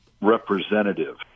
representative